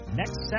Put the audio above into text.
next